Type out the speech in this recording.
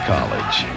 College